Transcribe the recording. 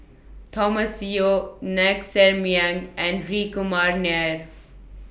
Thomas Yeo Ng Ser Miang and Hri Kumar Nair